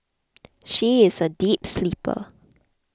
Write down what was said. she is a deep sleeper